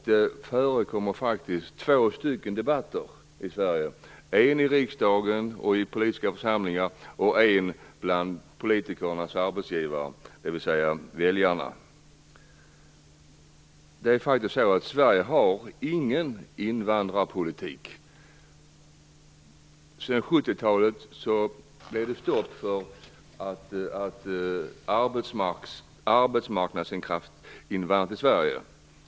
Det förekommer faktiskt två debatter i Sverige: En i riksdagen och de politiska församlingarna, och en bland politikernas arbetsgivare, dvs. väljarna. Sverige har faktiskt ingen invandrarpolitik. Sedan 1970-talet är det stopp för arbetskraftsinvandringen till Sverige.